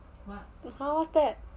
!huh! what's that